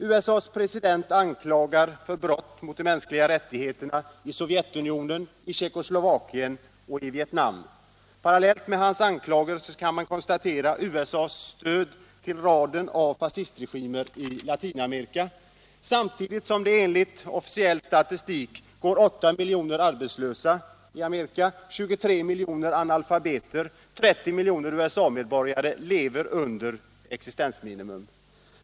USA:s president anklagar för brott mot de mänskliga rättigheterna i Sovjet, Tjeckoslovakien och Vietnam. Parallellt med hans anklagelser kan man konstatera USA:s stöd till raden av fascistregimer i Latinamerika. Samtidigt går det enligt officiell statistik 8 miljoner arbetslösa i USA. 23 miljoner är analfabeter, och 30 miljoner USA-medborgare lever under existensminimum.